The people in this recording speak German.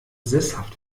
sesshaft